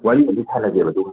ꯋꯥꯔꯤꯒꯁꯨ ꯁꯥꯅꯁꯦꯕ ꯑꯗꯨꯒ